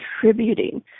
contributing